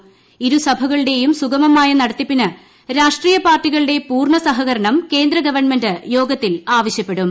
ഭൂ ഇരു സഭകളുടെയും സുഗമമായ നടത്തിപ്പിന് രാഷ്ട്രീയ് പ്പാർട്ടികളുടെ പൂർണ്ണ സഹകരണം കേന്ദ്ര ഗവൺമെന്റ് യ്യോഗത്തിൽ ആവശ്യപ്പെടും